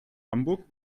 hamburg